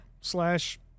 Slash